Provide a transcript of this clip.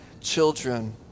children